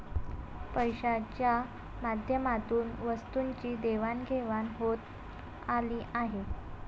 पैशाच्या माध्यमातून वस्तूंची देवाणघेवाण होत आली आहे